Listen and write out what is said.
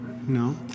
No